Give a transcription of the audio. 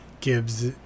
Gibbs